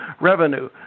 revenue